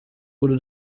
wurde